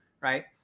right